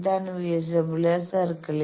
ഇതാണ് VSWR circle